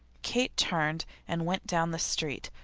kate turned and went down the street,